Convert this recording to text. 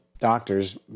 doctors